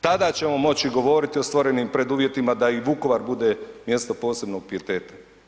Tada ćemo moći govoriti o stvorenim preduvjetima da i Vukovar bude mjesto posebnog pijeteta.